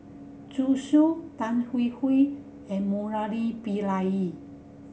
Zhu Xu Tan Hwee Hwee and Murali Pillai